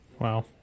Wow